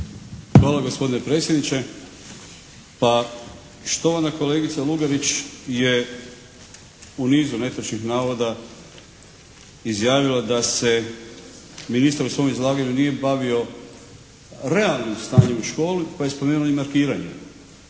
Hvala gospodine predsjedniče. Pa štovana kolegica Lugarić je u nizu netočnih navoda izjavila da se ministar u svom izlaganju nije bavio realnim stanjem u školi pa je spomenula i markiranje.